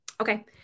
Okay